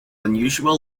unusual